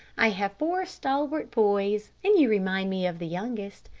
i have four stalwart boys, and you remind me of the youngest.